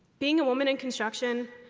being a woman in construction,